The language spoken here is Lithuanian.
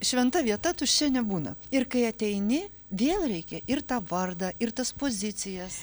šventa vieta tuščia nebūna ir kai ateini vėl reikia ir tą vardą ir tas pozicijas